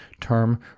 term